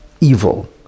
evil